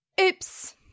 oops